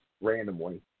randomly